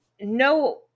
No